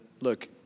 look